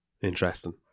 Interesting